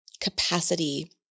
capacity